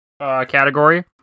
category